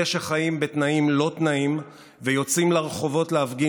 אלה שחיים בתנאים-לא-תנאים ויוצאים לרחובות להפגין